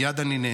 אני מייד נענה,